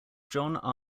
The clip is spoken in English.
john